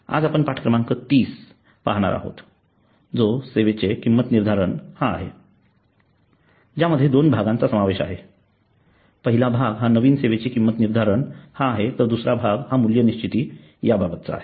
आज आपण पाठ क्रमांक ३० पाअप हणार आहोत जो सेवेचे किंमत निर्धारण हा आहे ज्यामध्ये दोन भागांचा समावेश आहे पहिला भाग हा नवीन सेवेची किंमत निर्धारण हा आहे तर दुसरा भाग हा मूल्य निश्चिती या बाबाबतचा आहे